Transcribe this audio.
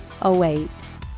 Awaits